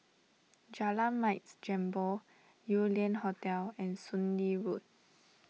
Jalan Mat Jambol Yew Lian Hotel and Soon Lee Road